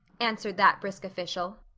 answered that brisk official.